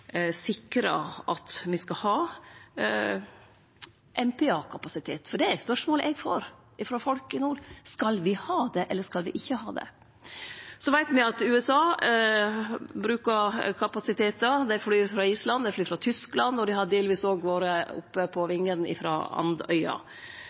sikre at me har MPA-kapasitet, for det er spørsmålet eg får frå folk i nord: Skal me ha det, eller skal me ikkje ha det? Me veit at USA brukar kapasitetar. Dei flyr frå Island og Tyskland. Dei har delvis òg vore på